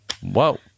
Whoa